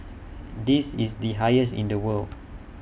this is the highest in the world